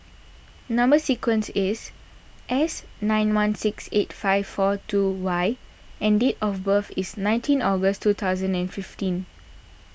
Number Sequence is S nine one six eight five four two Y and date of birth is nineteen August two thousand and fifteen